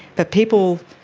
but people,